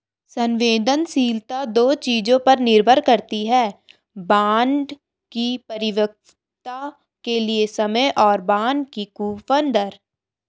संवेदनशीलता दो चीजों पर निर्भर करती है बॉन्ड की परिपक्वता के लिए समय और बॉन्ड की कूपन दर